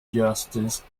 justice